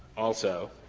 also